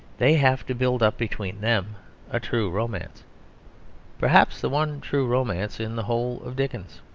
they have to build up between them a true romance perhaps the one true romance in the whole of dickens.